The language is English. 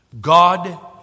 God